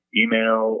email